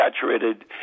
saturated